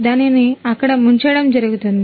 దానిని అక్కడ ముంచడం జరుగుతుంది